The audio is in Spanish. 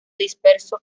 disperso